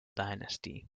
dynasty